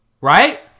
Right